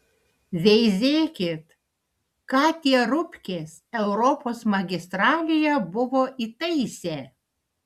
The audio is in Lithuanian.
veizėkit ką tie rupkės europos magistralėje buvo įtaisę